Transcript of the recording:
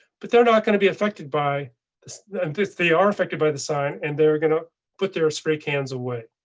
but they're not going to be affected by this. they are affected by the sign and they were going to put their spray cans away.